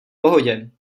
pohodě